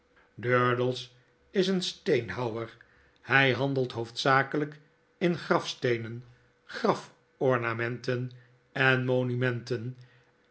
durdels is een steenhouwer lay handelt hoofdzakelijk in grafsteenen graf ornamenten en monumenten